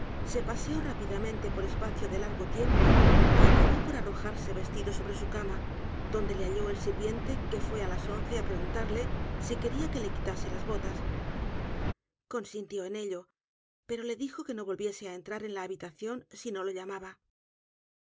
se paseó rápidamente por espacio de largo tiempo y acabó por arrojarse veslido sobre su cama donde le halló el sirviente que fue á las once á preguntarle si quería que le quitase las botas consintió en ello pero le dijo que no volviese á entrar en la habitación sino lo llamaba